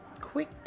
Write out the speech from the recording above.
quick